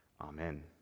Amen